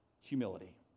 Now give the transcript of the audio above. Humility